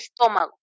estómago